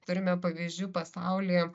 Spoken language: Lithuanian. turime pavyzdžių pasaulyje